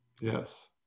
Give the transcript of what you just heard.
Yes